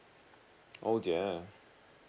oh yeah